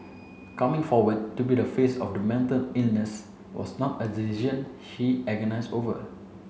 coming forward to be the face of the mental illness was not a decision she agonized over